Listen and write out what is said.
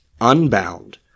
unbound